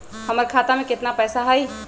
हमर खाता में केतना पैसा हई?